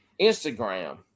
Instagram